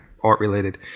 art-related